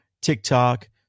TikTok